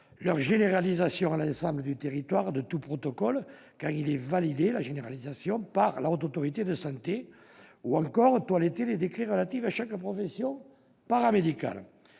généralisation à l'ensemble du territoire de tout protocole validé par la Haute Autorité de santé, ou encore toilettage des décrets relatifs à chaque profession paramédicale.